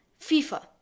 FIFA